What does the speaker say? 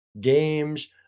games